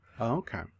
Okay